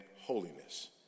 holiness